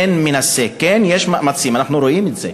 כן מנסה, כן, יש מאמצים, אנחנו רואים את זה.